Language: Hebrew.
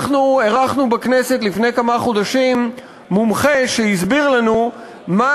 אנחנו אירחנו בכנסת לפני כמה חודשים מומחה שהסביר לנו מה